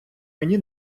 мені